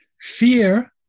Fear